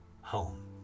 home